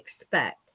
expect